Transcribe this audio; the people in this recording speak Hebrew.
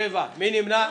מי נמנע?